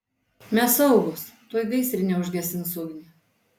mes saugūs tuoj gaisrinė užgesins ugnį